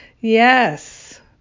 yes